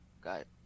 Got